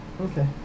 Okay